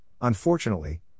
unfortunately